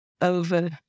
over